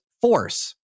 force